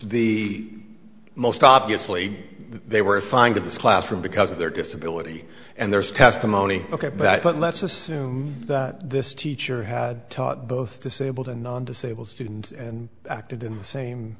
the most obviously they were assigned to this classroom because of their disability and there was testimony ok but let's assume that this teacher had taught both disabled and non disabled students and acted in the same